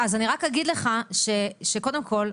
אז אני רק אגיד לך שקודם כל,